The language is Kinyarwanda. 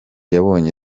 yabonye